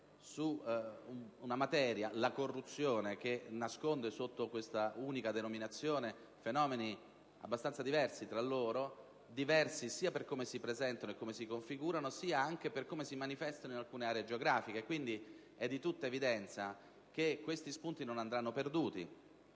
su una materia quale la corruzione che nasconde sotto questa unica denominazione fenomeni abbastanza diversi tra loro, sia per come si presentano e si configurano, sia anche per come si manifestano in alcune aree geografiche. È di tutta evidenza pertanto che questi spunti non andranno perduti;